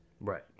Right